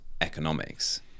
economics